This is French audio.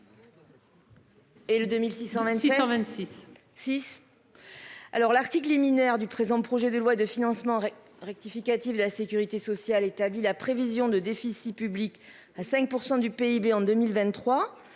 Et le 2626 26 6. Alors l'article liminaire du présent. Projet de loi de financement rectificatif de la Sécurité sociale établit la prévision de déficit public à 5% du PIB en 2023,